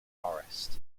forest